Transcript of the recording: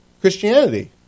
Christianity